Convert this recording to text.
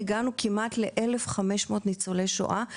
הגענו לכמעט 1500 ניצולי שואה.